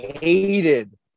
hated